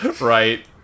Right